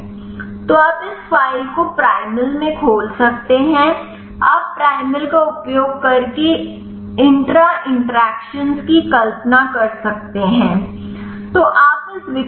तो आप इस फाइल को प्राइमल में खोल सकते हैं आप प्राइमल का उपयोग करके इंट्रा इंटरेक्शन्स की कल्पना कर सकते हैं